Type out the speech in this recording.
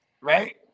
Right